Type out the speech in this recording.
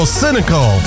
cynical